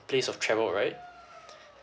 place of travel right